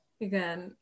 again